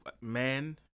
man